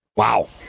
Wow